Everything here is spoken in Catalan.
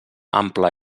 ample